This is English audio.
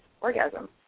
orgasm